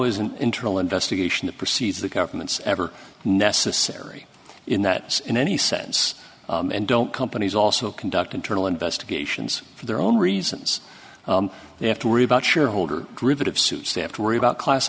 is an internal investigation to proceed to the government's ever necessary in that in any sense and don't companies also conduct internal investigations for their own reasons they have to worry about shareholder driven of suits they have to worry about class